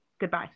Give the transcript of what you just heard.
goodbye